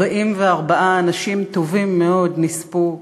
44 אנשים טובים מאוד נספו,